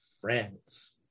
friends